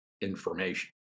information